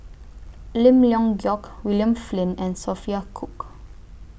Lim Leong Geok William Flint and Sophia Cook